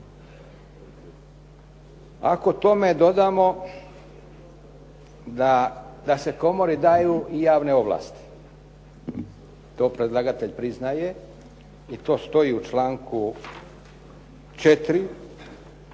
Ako tome dodamo da se komori daju i javne ovlasti, to predlagatelj priznaje i to stoji u članku 4.